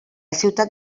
ciutat